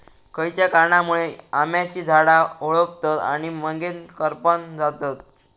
खयच्या कारणांमुळे आम्याची झाडा होरपळतत आणि मगेन करपान जातत?